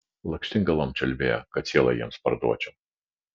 lakštingalom čiulbėjo kad sielą jiems parduočiau